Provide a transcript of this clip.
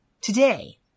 Today